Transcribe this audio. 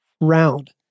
round